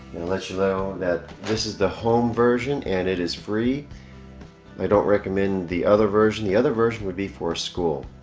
and let you know that this is the home version and it is free i don't recommend the other version the other version would be for school